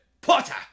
Potter